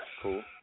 Cool